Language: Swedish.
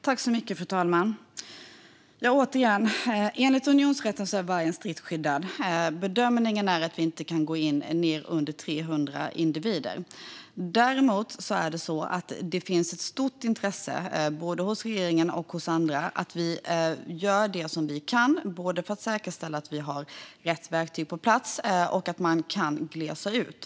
Fru talman! Återigen: Enligt unionsrätten är vargen strikt skyddad. Bedömningen är att vi inte kan gå ned under 300 individer. Däremot finns det ett stort intresse både hos regeringen och hos andra av att göra det som vi kan för att säkerställa att vi har rätt verktyg på plats och att vi kan glesa ut.